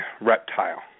reptile